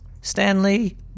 Stanley